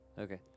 Okay